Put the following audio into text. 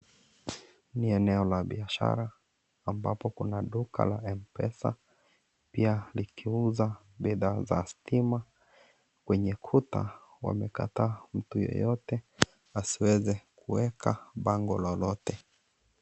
Ni eneo la biashara ambapo kuna duka la M-pesa, pia likiuza bidhaa za stima, kwenye kuta wamekataa mtu yeyote asiweze kuweka bango lolote.